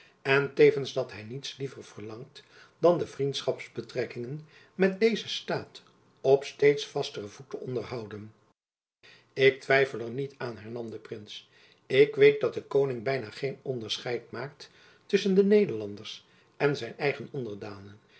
en tevens dat hy niets liever verlangt dan de vriendschapsbetrekkingen met dezen staat op steeds vasteren voet te onderhouden ik twijfel er niet aan hernam de prins ik weet dat de koning byna geen onderscheid maakt tusschen de nederlanders en zijn eigen